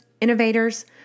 innovators